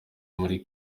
muri